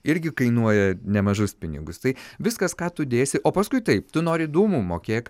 irgi kainuoja nemažus pinigus tai viskas ką tu dėsi o paskui taip tu nori dūmų mokėk